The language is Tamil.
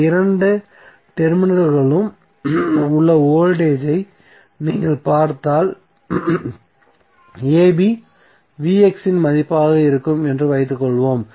இந்த இரண்டு டெர்மினல்களிலும் உள்ள வோல்டேஜ் ஐ நீங்கள் பார்த்தால் ab இன் மதிப்பாக இருக்கும் என்று வைத்துக்கொள்வோம்